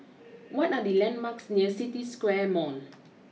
what are the landmarks near City Square Mall